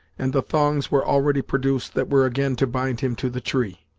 and the thongs were already produced that were again to bind him to the tree.